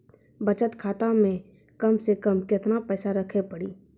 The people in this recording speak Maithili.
बचत खाता मे कम से कम केतना पैसा रखे पड़ी?